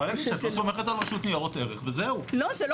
אז את יכול